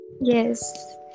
Yes